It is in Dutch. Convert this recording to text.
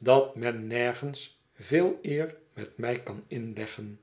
dat men nergens veel eer met mij kan inleggen